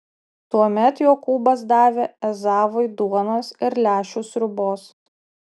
tuomet jokūbas davė ezavui duonos ir lęšių sriubos